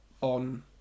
on